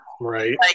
Right